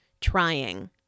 trying